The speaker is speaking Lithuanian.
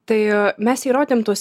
tai mes jai rodėm tuos